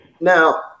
now